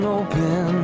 open